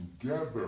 together